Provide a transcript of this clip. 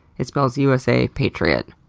it spells usa patriot.